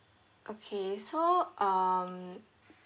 okay so um